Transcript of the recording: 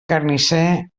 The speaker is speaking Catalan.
carnisser